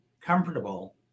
comfortable